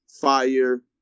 Fire